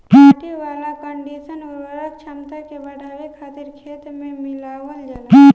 माटी वाला कंडीशनर उर्वरक क्षमता के बढ़ावे खातिर खेत में मिलावल जाला